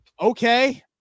okay